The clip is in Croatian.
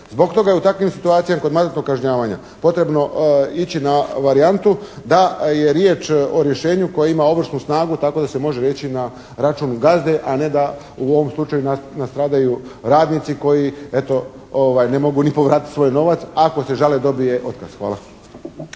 Zbog toga je kod takvih situacija mandatnog kažnjavanja potrebno ići na varijantu da je riječ o rješenju koje ima ovršnu snagu tako da se može reći na račun gazde a ne da u ovom slučaju nastradaju radnici koji eto ne mogu ni povratiti svoj novac, ako se žale dobije otkaz. Hvala.